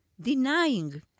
denying